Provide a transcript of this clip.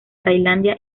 tailandia